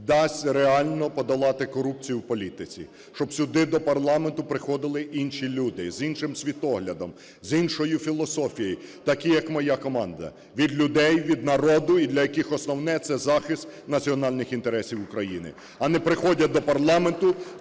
дасть реально подолати корупцію в політиці, щоб сюди, до парламенту, приходили інші люди, з іншим світоглядом, з іншою філософією, такі, як моя команда: від людей, від народу і для яких основне – це захист національних інтересів України. А не приходять до парламенту,